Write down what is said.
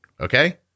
Okay